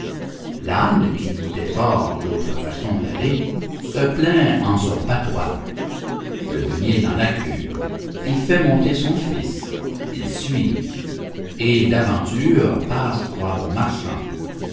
l'âne qui goûtait fort l'autre façon d'aller se plaint en son patois le meunier n'en a cure il fait monter son fils il suit et d'aventure passent trois bons marchands